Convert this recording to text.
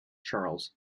charles